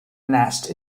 nest